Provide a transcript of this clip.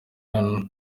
hano